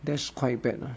that's quite bad lah